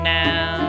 now